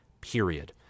period